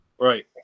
Right